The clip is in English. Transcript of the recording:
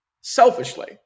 selfishly